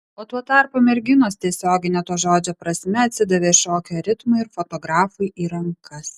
o tuo tarpu merginos tiesiogine to žodžio prasme atsidavė šokio ritmui ir fotografui į rankas